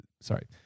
sorry